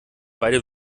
beide